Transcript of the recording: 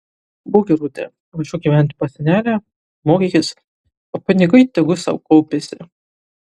būk gerutė važiuok gyventi pas senelę mokykis o pinigai tegu sau kaupiasi